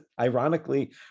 ironically